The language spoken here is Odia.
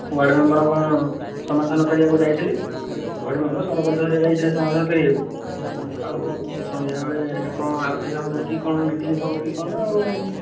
ୱାଡ଼ମେମ୍ବର୍ କ'ଣ ସମାଧାନ କରିବାକୁ ଯାଇଥିଲେ ୱାଡ଼ମେମ୍ବର୍ ସରପଞ୍ଚ ହେରିକା ଯାଇଥିଲେ ସମାଧାନ କରିବାକୁ ଆଉ ସେ ସନ୍ଧ୍ୟା ବେଳେ କ'ଣ ଆଉ ଥରେ ହେବ କି କ'ଣ ମିଟିଙ୍ଗ ହେବ କି କ'ଣ ଆଉ